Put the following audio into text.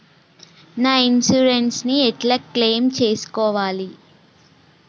నా ఇన్సూరెన్స్ ని ఎట్ల క్లెయిమ్ చేస్కోవాలి?